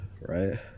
right